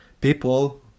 people